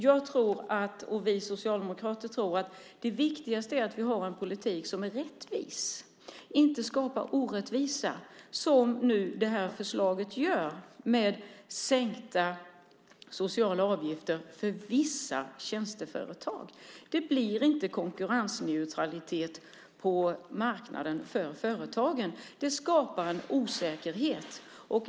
Jag och vi socialdemokrater tror att det viktigaste är att vi har en politik som är rättvis och inte skapar orättvisa, som detta förslag gör med sänkta sociala avgifter för vissa tjänsteföretag. Det blir inte konkurrensneutralitet på marknaden för företagen. Det skapar en osäkerhet.